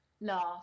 last